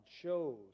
shows